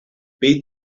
beat